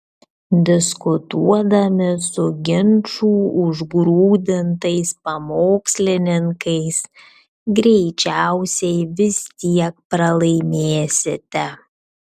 diskutuodami su ginčų užgrūdintais pamokslininkais greičiausiai vis tiek pralaimėsite